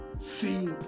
See